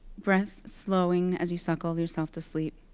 breath slowing as you suckle yourself to sleep.